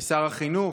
לשר החינוך,